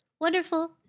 Wonderful